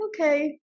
okay